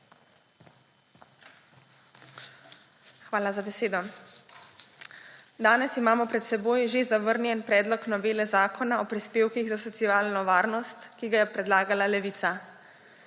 Hvala za besedo. Danes imamo pred seboj že zavrnjen predlog novele Zakona o prispevkih za socialno varnost, ki ga je predlagala Levica.